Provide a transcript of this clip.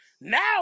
Now